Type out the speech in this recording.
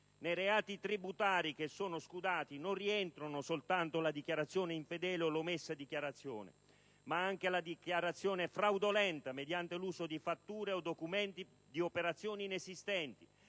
Nei reati tributari che sono scudati non rientrano soltanto la dichiarazione infedele o l'omessa dichiarazione, ma anche la dichiarazione fraudolenta mediante l'uso di fatture o documenti di operazioni inesistenti,